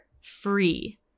free